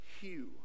hue